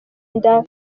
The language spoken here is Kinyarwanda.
nda